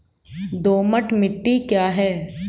दोमट मिट्टी क्या है?